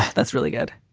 that's really good.